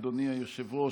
אדוני היושב-ראש,